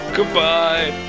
Goodbye